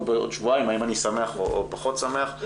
בעוד שבועיים אם אני שמח או פחות שמח,